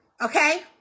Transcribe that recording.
Okay